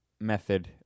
method